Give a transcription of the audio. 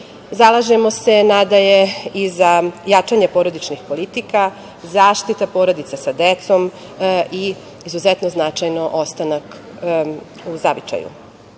Zalažemo se nadalje i za jačanje porodičnih politika, zaštita porodica sa decom i izuzetno značajno ostanak u